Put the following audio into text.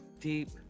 Deep